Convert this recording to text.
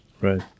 Right